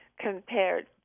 compared